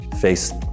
face